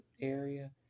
area